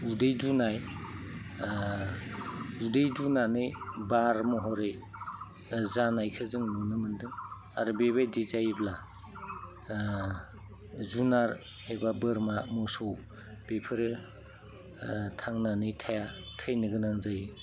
उदै दुनाय उदै दुनानै बार महरै जानायखो जों नुनो मोन्दों आरो बेबायदि जायोब्ला जुनार एबा बोरमा मोसौ बेफोरो थांनानै थाया थैनो गोनां जायो